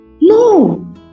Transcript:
No